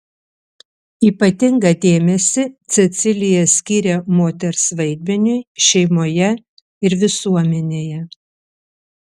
ypatingą dėmesį cecilija skyrė moters vaidmeniui šeimoje ir visuomenėje